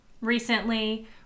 recently